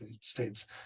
States